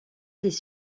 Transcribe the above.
des